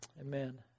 Amen